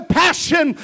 passion